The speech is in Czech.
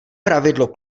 pravidlo